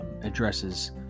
addresses